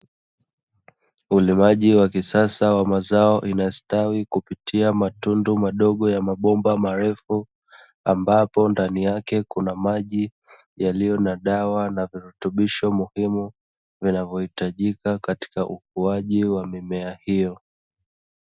Ulimaji wa kisasa wa mazao inastawi kupitia matundu madogo ya mabomba marefu, ambapo ndani yake kuna maji yaliyo na dawa na virutubisho muhimu vinavyohitajika katika ukuaji wa mimea hiyo.